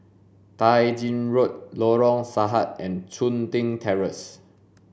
Tai Gin Road Lorong Sarhad and Chun Tin Terrace